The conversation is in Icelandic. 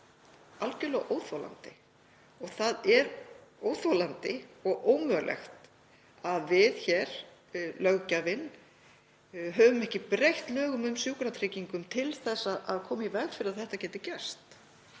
algjörlega óþolandi. Það er óþolandi og ómögulegt að við hér, löggjafinn, höfum ekki breytt lögum um sjúkratryggingar til að koma í veg fyrir að þetta geti gerst.